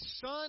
Son